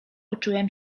uczyłem